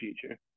future